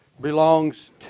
belongs